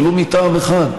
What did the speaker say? ולו מטעם אחד: